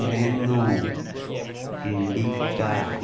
nano Indica